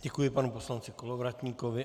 Děkuji panu poslanci Kolovratníkovi.